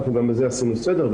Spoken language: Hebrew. גם בזה עשינו סדר.